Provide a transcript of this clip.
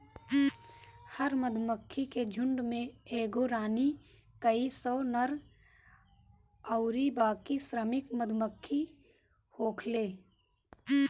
हर मधुमक्खी के झुण्ड में एगो रानी, कई सौ नर अउरी बाकी श्रमिक मधुमक्खी होखेले